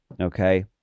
okay